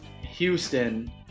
Houston